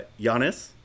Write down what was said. Giannis